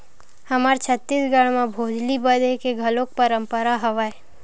हमर छत्तीसगढ़ म भोजली बदे के घलोक परंपरा हवय